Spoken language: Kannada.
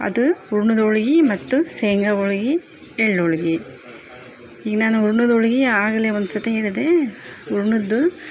ಅದು ಹೂರ್ಣದ್ ಹೋಳಿಗಿ ಮತ್ತು ಶೇಂಗಾ ಹೋಳಿಗಿ ಎಳ್ಳು ಹೋಳಿಗಿ ಇನ್ನ ನಾವು ಹೂರ್ಣದ್ ಹೋಳಿಗಿ ಆಗಲೆ ಒಂದು ಸರ್ತಿ ಹೇಳಿದೆ ಹೂರ್ಣದ್ದು